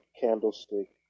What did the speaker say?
candlestick